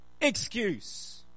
excuse